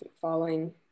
following